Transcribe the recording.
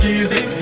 easy